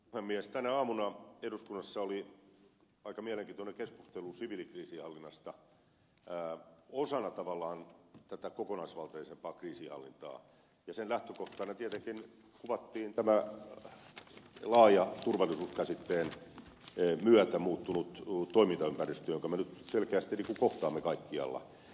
tänä aamuna eduskunnassa oli aika mielenkiintoinen keskustelu siviilikriisinhallinnasta osana tavallaan tätä kokonaisvaltaisempaa kriisinhallintaa ja sen lähtökohtana tietenkin kuvattiin tämän laajan turvallisuuskäsitteen myötä muuttunut toimintaympäristö jonka me nyt selkeästi kohtaamme kaikkialla